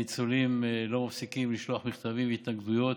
הניצולים לא מפסיקים לשלוח מכתבים, התנגדויות.